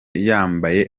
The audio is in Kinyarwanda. yambaye